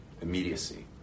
immediacy